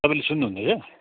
तपाईँले सुन्नुहुँदैछ